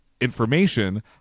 information